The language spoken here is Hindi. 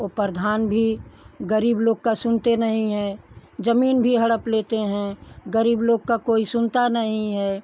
ओ प्रधान भी गरीब लोग का सुनते नहीं है जमीन भी हड़प लेते हैं गरीब लोग का कोई सुनता नहीं है